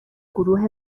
گروه